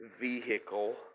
vehicle